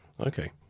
Okay